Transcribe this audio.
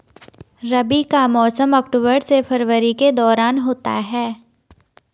रबी का मौसम अक्टूबर से फरवरी के दौरान होता है